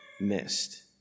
missed